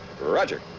Roger